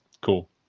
Cool